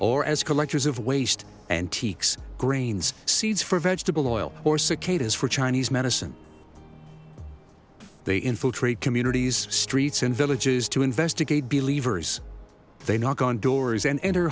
or as collectors of waste antiques grains seeds for vegetable oil or cicadas for chinese medicine they infiltrate communities streets and villages to investigate be leavers they knock on doors and enter